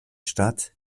stadt